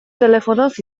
telefonoz